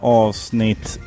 avsnitt